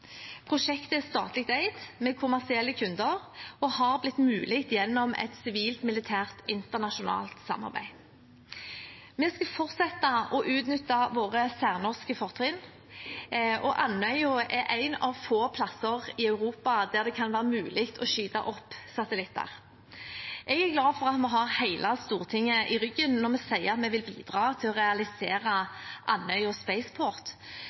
Prosjektet er statlig eid, med kommersielle kunder, og har blitt mulig gjennom et sivilt-militært internasjonalt samarbeid. Vi skal fortsette å utnytte våre særnorske fortrinn, og Andøya er en av få plasser i Europa der det kan være mulig å skyte opp satellitter. Jeg er glad for at vi har hele Stortinget i ryggen når vi sier at vi vil bidra til å realisere Andøya Spaceport,